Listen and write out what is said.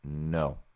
no